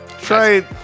Try